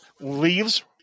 leaves